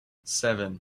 seven